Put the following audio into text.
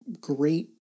great